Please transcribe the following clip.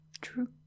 true